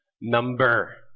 number